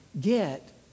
get